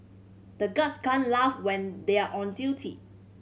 the guards can't laugh when they are on duty